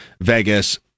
vegas